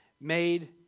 made